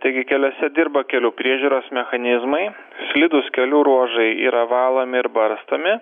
taigi keliuose dirba kelių priežiūros mechanizmai slidūs kelių ruožai yra valomi ir barstomi